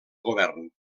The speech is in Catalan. govern